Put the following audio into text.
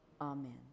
Amen